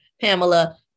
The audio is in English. Pamela